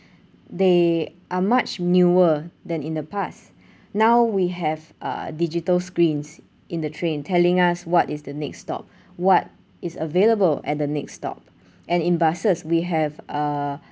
they are much newer than in the past now we have a digital screens in the train telling us what is the next stop what is available at the next stop and in buses we have uh